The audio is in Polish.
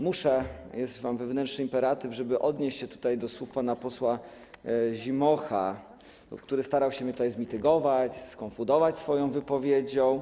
Muszę, mam wewnętrzny imperatyw, żeby odnieść się tutaj do słów pana posła Zimocha, który starał się mnie tutaj zmitygować, skonfundować swoją wypowiedzią.